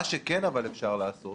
מה שכן אפשר לעשות